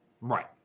Right